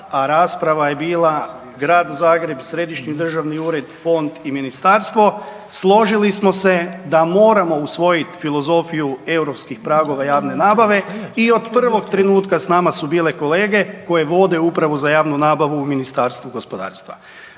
a rasprava je bila Grad Zagreb, Središnji državni ured, Fond i Ministarstvo, složili smo se da moramo usvojiti filozofiju europskih pragova javne nabave i od prvog trenutka s nama su bile kolege koje vode Upravu za javnu nabavu u Ministarstvu gospodarstva.